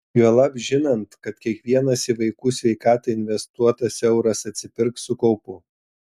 juolab žinant kad kiekvienas į vaikų sveikatą investuotas euras atsipirks su kaupu